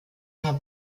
paar